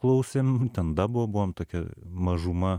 klausėm ten dabo buvom tokia mažuma